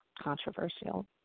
Controversial